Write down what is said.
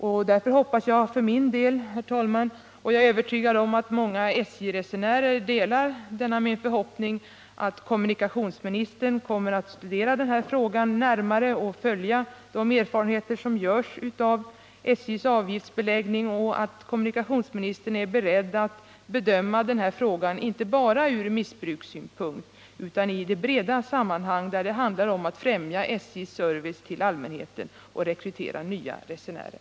Därför, herr talman, hoppas jag för min del — och jag är övertygad om att många SJ-resenärer delar denna min förhoppning — att kommunikationsministern kommer att studera denna fråga närmare och ta del av de erfarenheter som görs av SJ:s avgiftsbeläggning. Jag hoppas också att kommunikationsministern är beredd att bedöma frågan inte bara från missbrukssynpunkt utan också se den i det breda sammanhang, där det handlar om att främja SJ:s service till allmänheten och rekrytera nya resenärer.